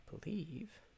believe